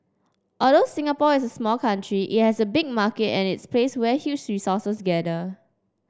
although Singapore is a small country it has a big market and its a place where huge resources gather